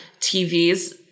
TVs